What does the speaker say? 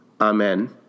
Amen